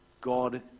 God